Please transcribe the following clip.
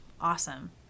Awesome